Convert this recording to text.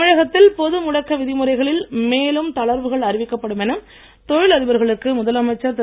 தமிழகத்தில் பொது முடக்க விதிமுறைகளில் மேலும் தளர்வுகள் அறிவிக்கப்படும் என தொழில் அதிபர்களக்கு முதலமைச்சர் திரு